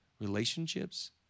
relationships